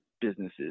businesses